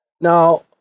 Now